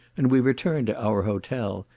and we returned to our hotel,